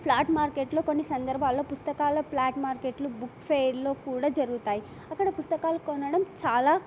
flat మార్కెట్లో కొన్ని సందర్భాల్లో పుస్తకాల ఫ్లాట్ మార్కెట్లు బుక్ ఫేయిర్లో కూడా జరుగుతాయి అక్కడ పుస్తకాలు కొనడం చాలా